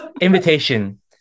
invitation